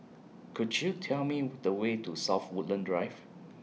Could YOU Tell Me The Way to South Woodlands Drive